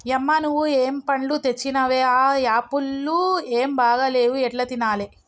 యమ్మ నువ్వు ఏం పండ్లు తెచ్చినవే ఆ యాపుళ్లు ఏం బాగా లేవు ఎట్లా తినాలే